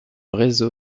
réseau